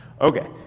Okay